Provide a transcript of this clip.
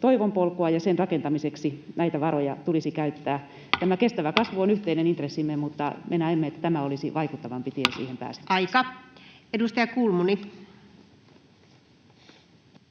toivon polkua, ja sen rakentamiseksi näitä varoja tulisi käyttää. Kestävä kasvu on yhteinen intressimme, mutta me näemme, että tämä olisi vaikuttavampi tie siihen pääsemiseksi. Aika. — Edustaja Kulmuni.